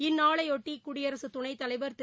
இந்நாளைபொட்டிகுடியரசுத் துணைத் தலைவர் திரு